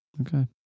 Okay